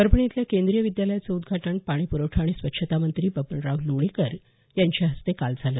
परभणी इथल्या केंद्रीय विद्यालयाचं उद्घाटन पाणी प्रवठा आणि स्वच्छता मंत्री बबनराव लोणीकर यांच्या हस्ते काल झालं